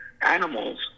Animals